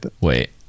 Wait